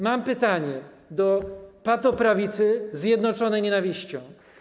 Mam pytanie do patoprawicy zjednoczonej nienawiścią.